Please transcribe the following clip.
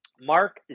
Mark